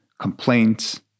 complaints